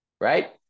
right